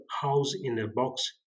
house-in-a-box